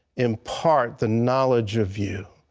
impart the knowledge of you,